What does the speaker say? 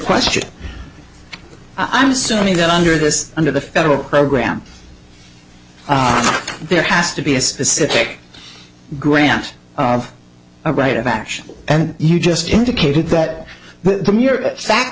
question i'm assuming that under this under the federal program there has to be a specific grant of a right of action and you just indicated that the mere fact